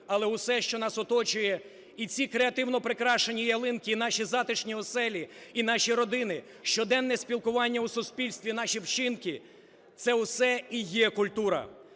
але усе, що нас оточує: і ці креативно прикрашені ялинки, і наші затишні оселі, і наші родини, щоденне спілкування у суспільстві, наші вчинки – це усе і є культура.